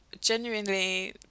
genuinely